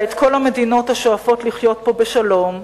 את כל המדינות השואפות לחיות פה בשלום,